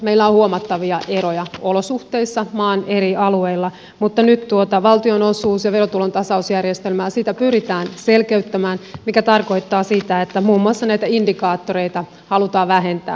meillä on huomattavia eroja olosuhteissa maan eri alueilla mutta nyt tuota valtionosuus ja verotulontasausjärjestelmää pyritään selkeyttämään mikä tarkoittaa sitä että muun muassa näitä indikaattoreita halutaan vähentää huomattavasti